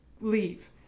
leave